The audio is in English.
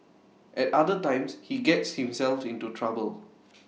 at other times he gets himself into trouble